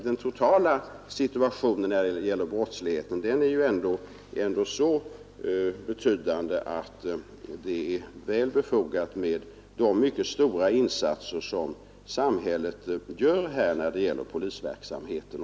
Den totala brottslighetssituationen är ändå så allvarlig att det är väl befogat med de mycket stora insatser som samhället gör i polisverksamheten.